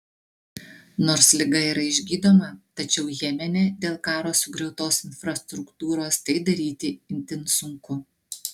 nors liga yra išgydoma tačiau jemene dėl karo sugriautos infrastruktūros tai daryti yra itin sunku